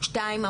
שתיים,